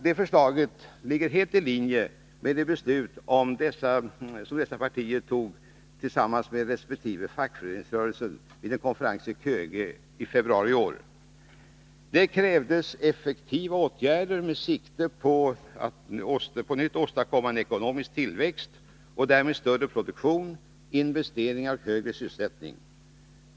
Det förslaget ligger helt i linje med det beslut som dessa partier tog tillsammans med resp. fackföreningsrörelse vid en konferens i Köge i februari i år. Där krävdes effektiva åtgärder med sikte på att på nytt åstadkomma en ekonomisk tillväxt och därmed större produktion, ökade investeringar och högre sysselsättning.